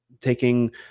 taking